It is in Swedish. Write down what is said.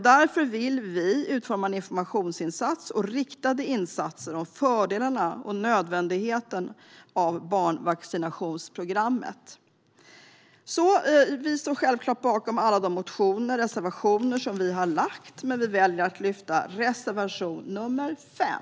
Därför vill vi utforma en informationsinsats och riktade insatser om fördelarna och nödvändigheten av barnvaccinationsprogrammet. Jag står självklart bakom alla våra motioner och reservationer men yrkar bifall bara till reservation 5.